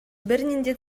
бернинди